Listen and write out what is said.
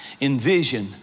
Envision